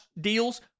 deals